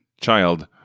Child